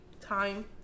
time